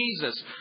Jesus